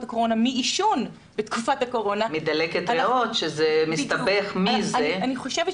הקורונה מעישון בתקופת הקורונה --- מדלקת ריאות שזה מסתבך מזה.